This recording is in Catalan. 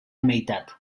meitat